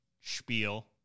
spiel